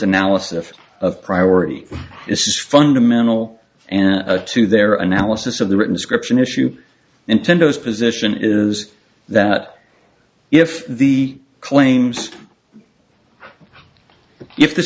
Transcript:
analysis of priority is fundamental and to their analysis of the written description issue intended as position is that if the claims if the